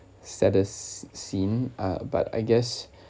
saddest scene uh but I guess